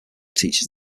teaches